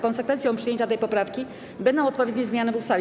Konsekwencją przyjęcia tej poprawki będą odpowiednie zmiany w ustawie.